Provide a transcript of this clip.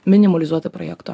minimalizuot į projekto